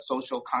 social